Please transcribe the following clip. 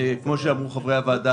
כפי שאמרו חברי הוועדה,